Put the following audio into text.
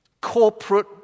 corporate